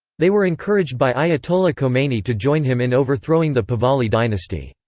they were encouraged by ayatollah khomeini to join him in overthrowing the pahlavi dynasty.